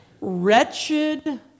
Wretched